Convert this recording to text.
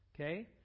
Okay